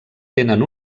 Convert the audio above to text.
tenen